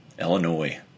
Illinois